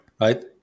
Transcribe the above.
right